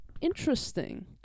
interesting